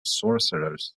sorcerers